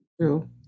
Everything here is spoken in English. true